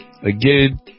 Again